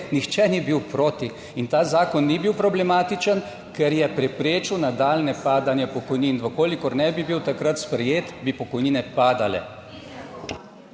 nihče ni bil proti. In ta zakon ni bil problematičen, ker je preprečil nadaljnje padanje pokojnin. V kolikor ne bi bil takrat sprejet, bi pokojnine padale.